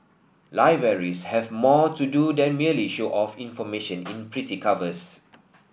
libraries have more to do than merely show off information in pretty covers